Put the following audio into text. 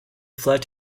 fled